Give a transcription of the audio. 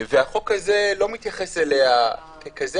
והחוק הזה לא מתייחס אליה ככזו.